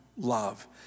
Love